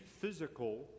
physical